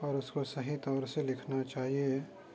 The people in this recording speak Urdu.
اور اس کو صحیح طور سے لکھنا چاہیے